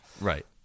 Right